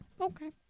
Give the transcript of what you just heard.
Okay